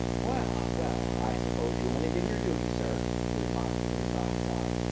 well, well! i suppose you only did your duty, sir, he remarked, with a resigned sigh.